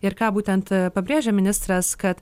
ir ką būtent pabrėžia ministras kad